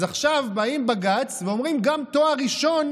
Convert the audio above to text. אז עכשיו בא בג"ץ ואומרים: גם תואר ראשון